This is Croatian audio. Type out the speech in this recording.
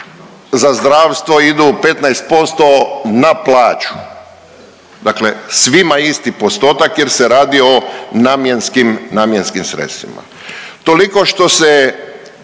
za zdravstvo idu 15% na plaću. Dakle, svima isti postotak jer se radi o namjenskim, namjenskim sredstvima. Toliko što se,